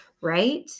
Right